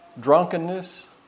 drunkenness